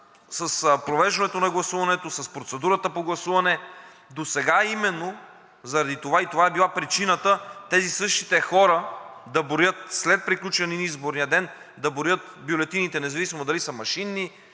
с провеждането на гласуването, с процедурата по гласуване. Досега именно заради това – това е била причината, същите тези хора след приключване на изборния ден да броят бюлетините, независимо дали са машинни,